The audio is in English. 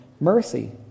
mercy